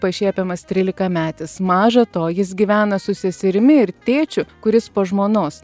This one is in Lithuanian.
pašiepiamas trylikametis maža to jis gyvena su seserimi ir tėčiu kuris po žmonos